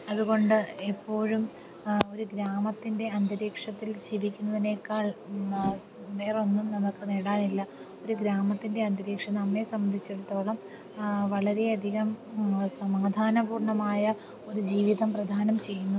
അതുകൊണ്ട് എപ്പോഴും ഒരു ഗ്രാമത്തിൻ്റെ അന്തരീക്ഷത്തിൽ ജീവിക്കുന്നതിനേക്കാൾ വേറൊന്നും നമുക്ക് നേടാനില്ല ഒരു ഗ്രാമത്തിൻ്റെ അന്തരീക്ഷം നമ്മെ സംബന്ധിച്ചിടത്തോളം വളരേ അധികം സമാധാന പൂർണ്ണമായ ഒരു ജീവിതം പ്രധാനം ചെയ്യുന്നു